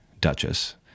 Duchess